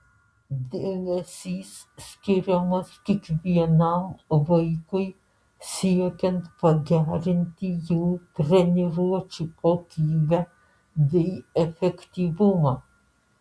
dėmesys skiriamas kiekvienam vaikui siekiant pagerinti jų treniruočių kokybę bei efektyvumą